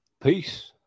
Peace